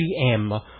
GM